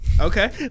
Okay